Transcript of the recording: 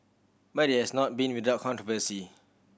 but it has not been without controversy